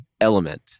element